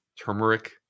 turmeric